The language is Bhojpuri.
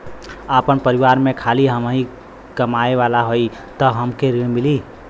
आपन परिवार में खाली हमहीं कमाये वाला हई तह हमके ऋण मिली?